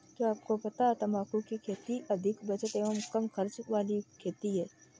क्या आपको पता है तम्बाकू की खेती अधिक बचत एवं कम खर्च वाली खेती है?